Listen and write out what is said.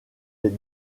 les